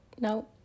No